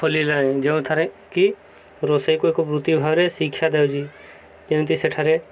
ଖୋଲିଲାଣି ଯେଉଁଠାରେ କି ରୋଷେଇକୁ ଏକ ବୃତ୍ତି ଭାବରେ ଶିକ୍ଷା ଦଉଛି ଯେମିତି ସେଠାରେ